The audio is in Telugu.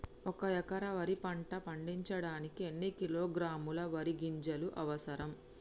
ఒక్క ఎకరా వరి పంట పండించడానికి ఎన్ని కిలోగ్రాముల వరి గింజలు అవసరం?